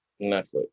Netflix